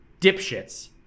dipshits